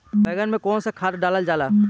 बैंगन में कवन सा खाद डालल जाला?